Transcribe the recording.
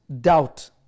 doubt